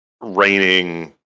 raining